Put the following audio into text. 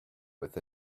with